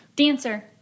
Dancer